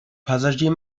passagier